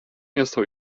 yasa